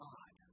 God